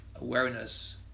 awareness